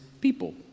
people